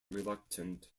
reluctant